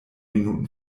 minuten